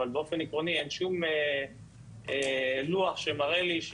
אבל באופן עקרוני אין שום לוח שמראה לי,